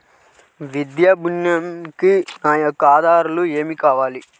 విద్యా ఋణంకి నా యొక్క ఆధారాలు ఏమి కావాలి?